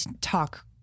talk